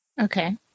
Okay